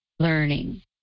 learning